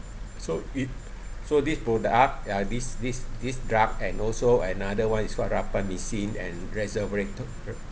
so it so this product uh this this this drug and also another [one] is called rapamycin and resverat~